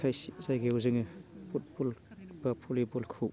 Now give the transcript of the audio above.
जायगायाव जोङो फुटबल बा भलिबलखौ